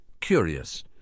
curious